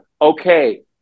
okay